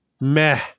Meh